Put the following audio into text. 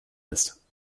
ist